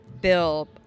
bill